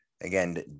again